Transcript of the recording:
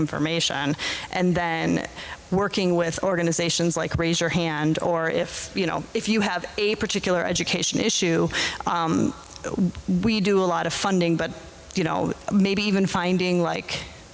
information and then working with organizations like raise your hand or if you know if you have a particular education issue we do a lot of funding but you know maybe even finding like